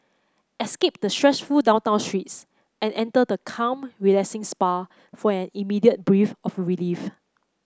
escape the stressful downtown streets and enter the calm relaxing spa for an immediate breath of relief